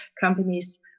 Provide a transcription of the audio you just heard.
companies